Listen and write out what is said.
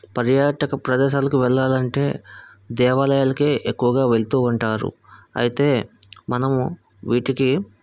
పర్యాటక ప్రదేశాలకు వెళ్ళాలి అంటే దేవాలయాలకే ఎక్కువగా వెళ్తూ ఉంటారు అయితే మనము వీటికి